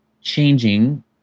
changing